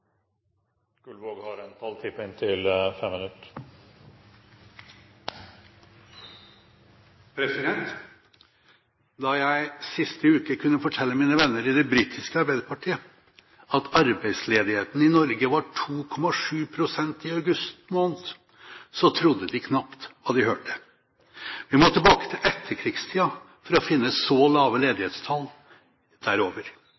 Da jeg sist uke kunne fortelle mine venner i det britiske arbeiderpartiet at arbeidsledigheten i Norge var på 2,7 pst. i august måned, trodde de knapt det de hørte. Vi må tilbake til etterkrigstida for å finne så lave ledighetstall der.